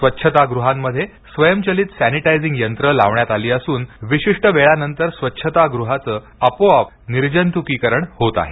स्वच्छता गृहांमध्ये स्वयंचलित सेनिटायजिंग यंत्रे लावण्यात आली असून विशिष्ट वेळानंतर स्वच्छता गृहाचं आपोआप निर्जंतुकीकरण होत आहे